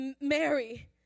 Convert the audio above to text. Mary